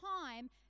time